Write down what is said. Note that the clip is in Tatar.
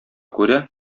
күрә